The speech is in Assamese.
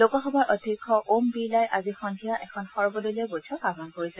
লোকসভাৰ অধ্যক্ষ ওম বীৰলাই আজি সন্ধিয়া এখন সৰ্বদলীয় বৈঠক আহ্বান কৰিছে